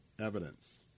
evidence